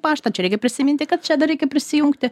paštą čia reikia prisiminti kad čia dar reikia prisijugnti